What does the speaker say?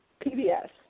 PBS